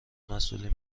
مسئولین